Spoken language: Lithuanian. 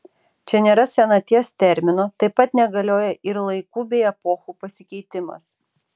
čia nėra senaties termino taip pat negalioja ir laikų bei epochų pasikeitimas